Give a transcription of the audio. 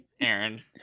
Aaron